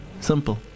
Simple